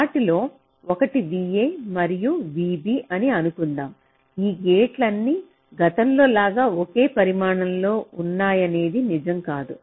వాటిలో ఒకటి VA మరియు VB అని అనుకుందాం ఈ గేట్లలన్నీ గతంలో లాగా ఒకే పరిమాణంలో ఉన్నాయనేది నిజం కాదు